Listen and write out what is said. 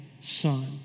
son